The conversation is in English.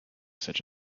such